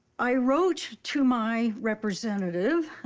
i wrote to my representative,